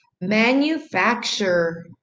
manufacture